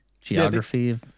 geography